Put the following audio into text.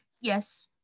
yes